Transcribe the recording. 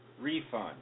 Refund